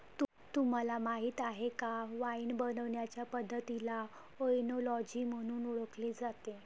तुम्हाला माहीत आहे का वाइन बनवण्याचे पद्धतीला ओएनोलॉजी म्हणून ओळखले जाते